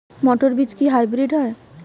মটর বীজ কি হাইব্রিড হয়?